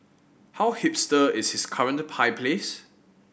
how hipster is his current pie place